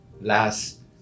last